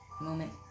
moment